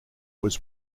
was